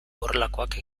horrelakoak